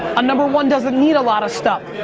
a number one doesn't need a lot of stuff.